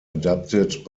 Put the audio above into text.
adapted